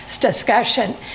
discussion